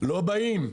לא באים.